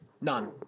None